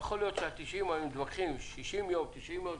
יכול להיות שהיו מתווכחים על 60 יום, 90 יום.